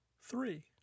three